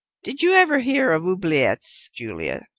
did you ever hear of oubliettes, julia?